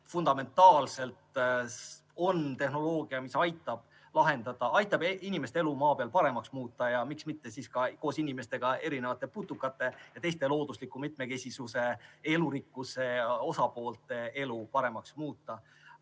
fundamentaalne tehnoloogia, mis aitab [probleeme] lahendada, aitab inimeste elu Maa peal paremaks muuta ja miks mitte koos inimestega ka mitmesuguste putukate ja teiste loodusliku mitmekesisuse, elurikkuse osapoolte elu paremaks muuta.